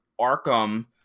Arkham